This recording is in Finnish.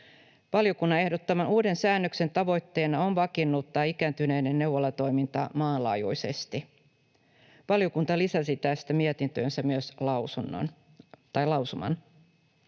Valiokunnan ehdottaman uuden säännöksen tavoitteena on vakiinnuttaa ikääntyneiden neuvolatoiminta maanlaajuisesti. Valiokunta lisäsi tästä mietintöönsä myös lausuman.